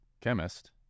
chemist